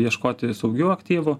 ieškoti saugių aktyvų